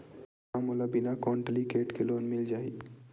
का मोला बिना कौंटलीकेट के लोन मिल जाही?